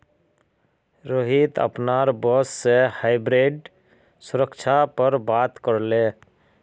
रोहित अपनार बॉस से हाइब्रिड सुरक्षा पर बात करले